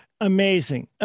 Amazing